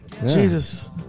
Jesus